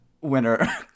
winner